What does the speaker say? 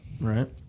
Right